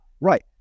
right